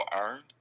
earned